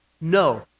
No